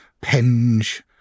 Penge